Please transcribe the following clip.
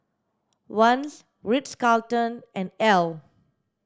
Vans Ritz Carlton and Elle